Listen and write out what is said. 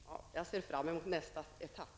Herr talman! Jag ser fram emot nästa etapp.